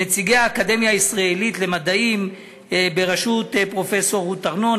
נציגי האקדמיה הישראלית למדעים בראשות פרופסור רות ארנון,